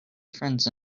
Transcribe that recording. friends